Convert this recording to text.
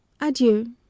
Adieu